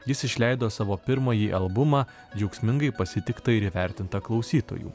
jis išleido savo pirmąjį albumą džiaugsmingai pasitiktą ir įvertintą klausytojų